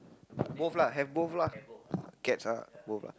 both lah have both lah cats lah both lah